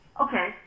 Okay